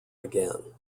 again